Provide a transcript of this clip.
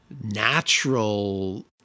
natural